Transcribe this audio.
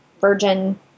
Virgin